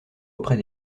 auprès